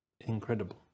incredible